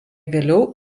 vėliau